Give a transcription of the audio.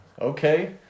Okay